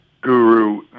Guru